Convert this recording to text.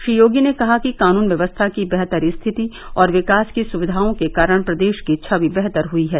श्री योगी ने कहा कि कानून व्यवस्था की बेहतर स्थिति और विकास की सुविधाओं के कारण प्रदेश की छवि बेहतर हुई है